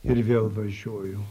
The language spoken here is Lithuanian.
ir vėl važiuoju